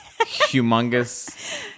humongous